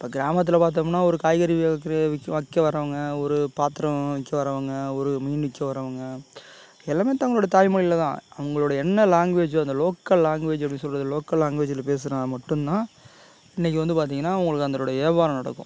இப்போ கிராமத்தில் பார்த்தோம்னா ஒரு காய்கறி வே விற்கிற விற்க வைக்க வரவங்க ஒரு பாத்திரம் விற்க வரவங்க ஒரு மீன் விற்க வரவங்க எல்லாமே தங்களோட தாய்மொழில தான் அவங்களோட என்ன லாங்குவேஜோ அந்த லோக்கல் லாங்குவேஜ் எப்படி சொல்லுறது லோக்கல் லாங்குவேஜில் பேசுனா மட்டும் தான் இன்னைக்கு வந்து பார்த்திங்கனா உங்களுக்கு அந்தருடைய வியாபாரம் நடக்கும்